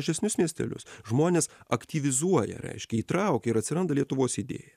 mažesnius miestelius žmonės aktyvizuoja reiškia įtraukia ir atsiranda lietuvos idėja